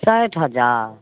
साठि हजार